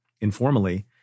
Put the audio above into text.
informally